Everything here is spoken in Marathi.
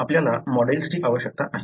आपल्याला मॉडेल्सची आवश्यकता आहे